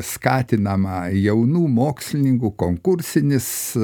skatinama jaunų mokslininkų konkursinis